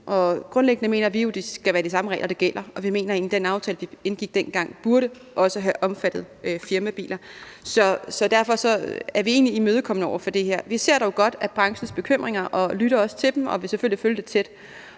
Grundlæggende mener vi jo, det skal være de samme regler, der gælder, og vi mener egentlig, at den aftale, vi indgik dengang, også burde have omfattet firmabiler. Derfor er vi egentlig imødekommende over for det her. Vi ser dog godt branchens bekymringer og lytter også til dem og vil selvfølgelig følge det tæt.